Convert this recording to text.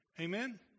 Amen